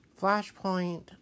Flashpoint